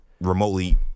remotely